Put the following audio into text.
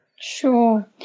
Sure